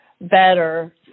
better